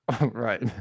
Right